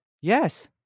Yes